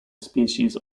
species